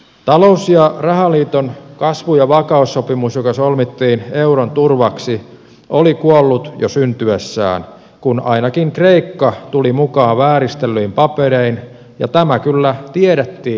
talous ja rahaliiton kasvu ja vakaussopimus joka solmittiin euron turvaksi oli kuollut jo syntyessään kun ainakin kreikka tuli mukaan vääristellyin paperein ja tämä kyllä tiedettiin ytimissä